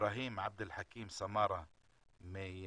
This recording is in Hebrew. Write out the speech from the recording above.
איברהים עבד אלחכים סמארה מטייבה,